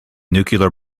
nuclear